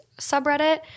subreddit